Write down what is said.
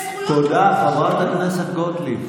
תודה, חברת הכנסת גוטליב.